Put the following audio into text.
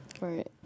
Right